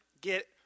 get